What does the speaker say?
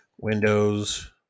Windows